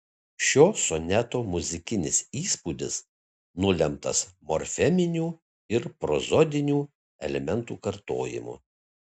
šio soneto muzikinis įspūdis nulemtas morfeminių ir prozodinių elementų kartojimu